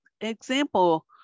example